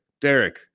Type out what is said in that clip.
derek